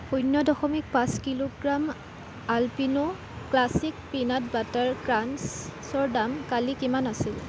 শূন্য দশমিক পাঁচ kilogram Alpino classic peanut butter ক্ৰাঞ্চৰ দাম কালি কিমান আছিল